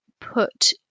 put